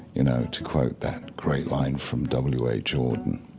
you know, to quote that great line from w h. auden,